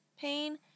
pain